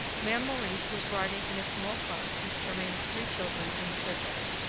mere maurice was riding in a small cart with germain's three children and the fiddlers.